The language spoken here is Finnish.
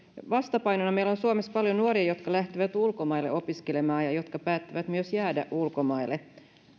vastapainona meillä on suomessa paljon nuoria jotka lähtevät ulkomaille opiskelemaan ja jotka päättävät myös jäädä ulkomaille